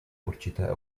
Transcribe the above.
určité